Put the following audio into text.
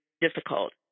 difficult